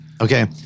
Okay